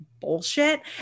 bullshit